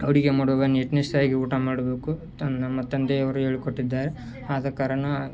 ಆಡೂಏ ಮಾಡುವಾಗ ನೀಟ್ನೆಸ್ಸಾಗಿ ಊಟ ಮಾಡಬೇಕು ತ ನಮ್ಮ ತಂದೆಯವರು ಹೇಳಿಕೊಟ್ಟಿದ್ದಾರೆ ಆದ ಕಾರಣ